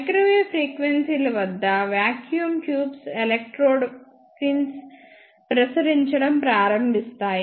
microwave ఫ్రీక్వెన్సీల వద్ద vacuum tubes electrode pins ప్రసరించడం ప్రారంభిస్తాయి